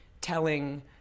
telling